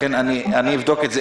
אני אבדוק את זה.